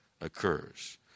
occurs